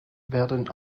werden